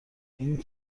این